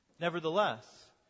Nevertheless